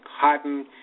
cotton